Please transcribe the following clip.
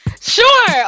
Sure